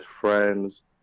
friends